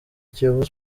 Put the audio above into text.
kiyovu